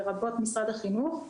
לרבות משרד החינוך,